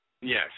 Yes